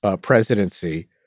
presidency